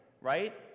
right